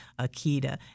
Akita